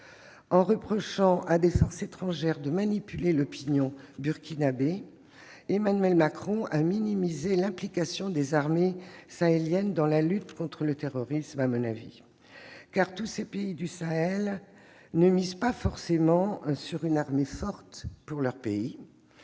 en reprochant à des forces étrangères de manipuler l'opinion burkinabée, Emmanuel Macron a minimisé l'implication des armées sahéliennes dans la lutte contre le terrorisme. En effet, tous ces pays du Sahel ne misent pas forcément sur une armée forte pour leur pays.